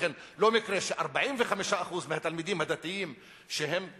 לכן לא מקרה ש-45% מהתלמידים הדתיים שחיים,